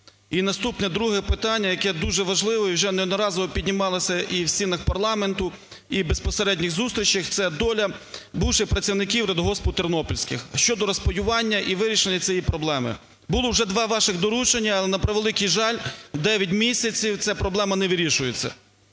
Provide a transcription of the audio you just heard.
І наступне друге питання, яке дуже важливе і вже неодноразово піднімалось і в стінах парламенту, і в безпосередніх зустрічах – це доля бувших працівників радгоспу "Тернопільський" щодо розпаювання і вирішення цієї проблеми. Було вже два ваших доручення. Але, на превеликий жаль, 9 місяців ця проблема не вирішується.